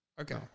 okay